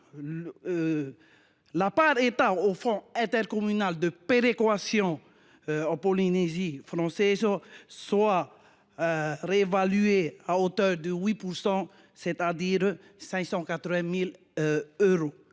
de l’État au fonds intercommunal de péréquation (FIP) en Polynésie française soit réévaluée à hauteur de 8 %, c’est à dire 580 000 euros.